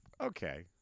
Okay